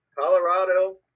Colorado